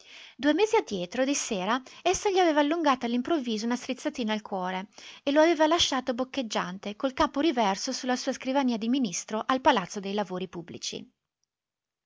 due mesi addietro di sera essa gli aveva allungato all'improvviso una strizzatina al cuore e lo aveva lasciato boccheggiante col capo riverso su la sua scrivania di ministro al palazzo dei lavori pubblici